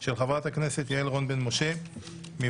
של חברת הכנסת יעל רון בן משה מוועדת